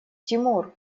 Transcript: тимур